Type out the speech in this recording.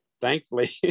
Thankfully